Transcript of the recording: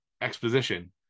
exposition